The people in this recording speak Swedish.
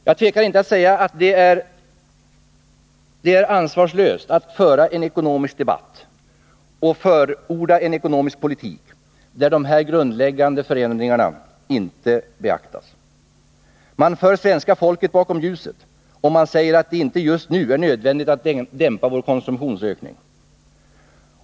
Jag tvekar inte att säga att det är ansvarslöst att föra en ekonomisk debatt och förorda en ekonomisk politik, där dessa grundläggande förändringar av villkoren för vår ekonomiska politik inte beaktas. Man för svenska folket bakom ljuset, om man säger att det inte just nu är nödvändigt att dämpa vår 75 konsumtionsökning.